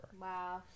wow